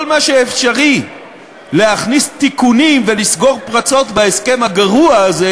כל מה שאפשרי להכניס תיקונים ולסגור פרצות בהסכם הגרוע הזה,